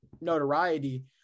notoriety